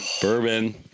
Bourbon